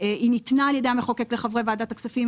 היא ניתנה על ידי המחוקק לחברי ועדת הכספים.